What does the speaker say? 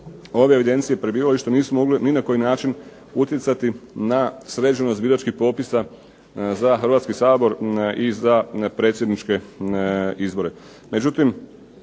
ove evidencije o prebivalištu nisu mogli ni na koji način utjecati na sređenost biračkih popisa za Hrvatski sabor i za predsjedničke izbore.